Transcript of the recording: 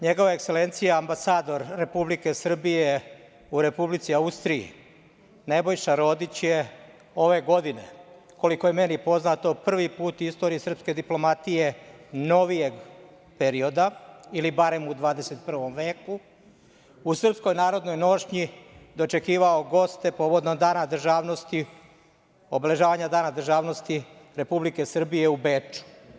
Njegova Ekselencija ambasador Republike Srbije u Republici Austriji Nebojša Rodić je ove godine, koliko je meni poznato, prvi put u istoriji srpske diplomatije novijeg perioda ili barem u 21. veku u srpskoj narodnoj nošnji dočekivao goste povodom obeležavanja Dana državnosti Republike Srbije u Beču.